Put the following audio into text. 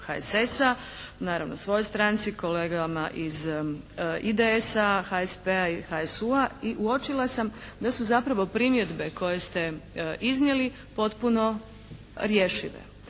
HSS-a. Naravno svojoj stranci. Kolegama iz IDS-a, HSP-a i HSU-a. I uočila sam da su zapravo primjedbe koje ste iznijeli potpuno rješive, da